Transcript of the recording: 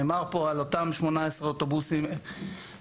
נאמר פה על אותם 18 אוטובוסים שנשרפו.